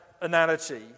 analogy